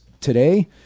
today